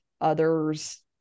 Others